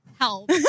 help